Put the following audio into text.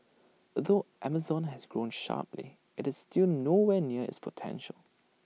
although Amazon has grown sharply IT is still nowhere near its potential